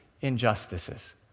injustices